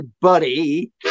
buddy